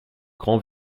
grand